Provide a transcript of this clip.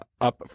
up